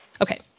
Okay